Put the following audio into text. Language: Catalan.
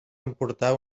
emportar